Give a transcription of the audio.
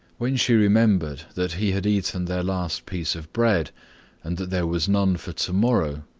when she remembered that he had eaten their last piece of bread and that there was none for tomorrow,